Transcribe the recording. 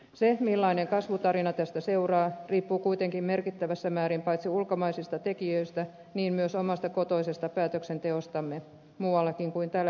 se millainen kasvutarina tästä seuraa riippuu kuitenkin merkittävässä määrin paitsi ulkomaisista tekijöistä myös omasta kotoisesta päätöksenteostamme muuallakin kuin täällä eduskunnassa